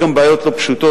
יש גם בעיות לא פשוטות,